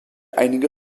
einige